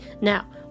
Now